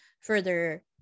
further